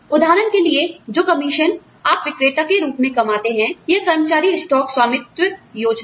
उदाहरण के लिए जो कमीशन आप विक्रेता के रूप में कमाते हैं या कर्मचारी स्टॉक स्वामित्व योजना है